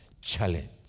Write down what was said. challenge